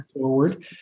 forward